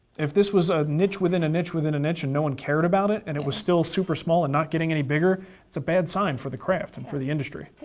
if this was a niche within a niche within a niche, and no one cared about it, and it was still super small, and not getting any bigger it's a bad sign for the craft and for the industry.